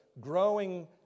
growing